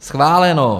Schváleno.